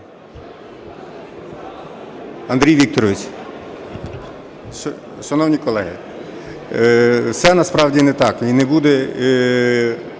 Андрій Вікторович, шановні колеги! Все насправді не так і не буде